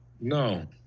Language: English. No